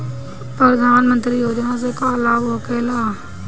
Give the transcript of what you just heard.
प्रधानमंत्री योजना से का लाभ होखेला?